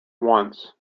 once